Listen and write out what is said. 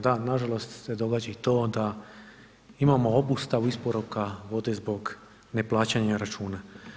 Da, nažalost se događa i to da imamo obustavu isporuka vode zbog neplaćanja računa.